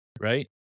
right